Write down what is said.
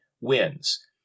wins